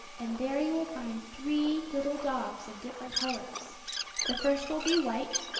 and there you will find three little dogs of different colors the first will be white,